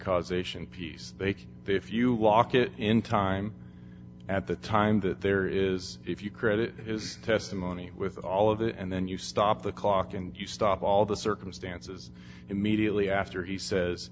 causation piece make if you lock it in time at the time that there is if you credit is testimony with all of that and then you stop the clock and you stop all the circumstances immediately after he says